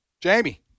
Jamie